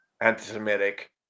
Anti-Semitic